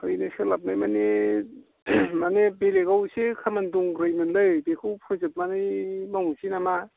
फैनो सोलाबनाय माने माने बेलेकाव एसे खामानि दंग्रोयोमोनलै बेखौ फोजोबनानै मावनोसै नामा